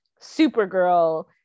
Supergirl